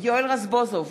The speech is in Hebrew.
יואל רזבוזוב,